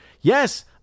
Yes